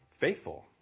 faithful